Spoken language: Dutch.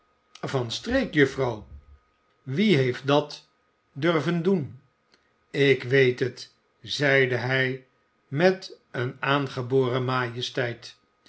van streek juffrouw wie heeft dat durven doen ik weet het zeide hij met de hem aangeboren majesteit